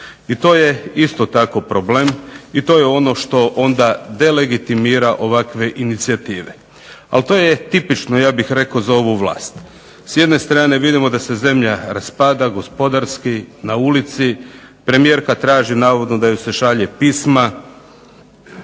I to je isto tako problem i to je onda ono što delegitimira ovakve inicijative. Ali to je tipično ja bih rekao za ovu vlast. s jedne strane vidimo da se zemlja gospodarski raspada, na ulici, premijerka traži navodno da joj se šalju pisma,